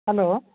hello